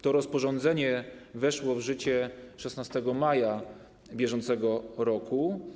To rozporządzenie weszło w życie 16 maja br.